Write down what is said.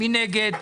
מי נגד?